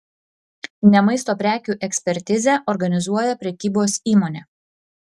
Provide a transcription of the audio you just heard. ne maisto prekių ekspertizę organizuoja prekybos įmonė